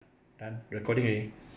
done recording already